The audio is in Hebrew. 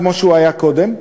כמו שהיה קודם,